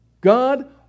God